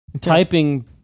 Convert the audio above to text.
typing